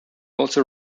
also